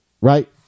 right